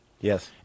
Yes